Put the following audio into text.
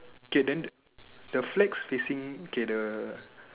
okay then the flags facing okay the